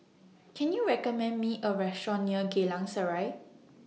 Can YOU recommend Me A Restaurant near Geylang Serai